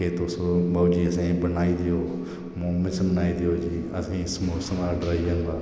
के तुस लो जी असेंगी बनाई देओ मोमस बनाई देओ जी आ देओ असेंगी समोसे बनाई